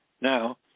Now